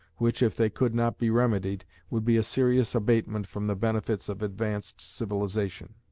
which, if they could not be remedied, would be a serious abatement from the benefits of advanced civilization.